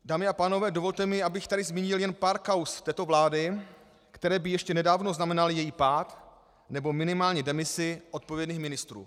Dámy a pánové, dovolte mi, abych tady zmínil jen pár kauz této vlády, které by ještě nedávno znamenaly její pád, nebo minimálně demisi odpovědných ministrů.